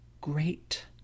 great